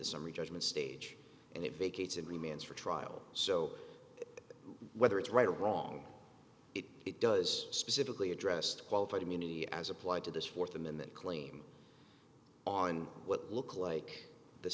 the summary judgment stage and it vacates and remains for trial so whether it's right or wrong it does specifically addressed qualified immunity as applied to this fourth amendment claim on what looked like the